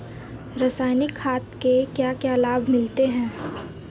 रसायनिक खाद के क्या क्या लाभ मिलते हैं?